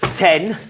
ten,